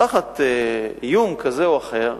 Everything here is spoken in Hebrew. תחת איום כזה או אחר,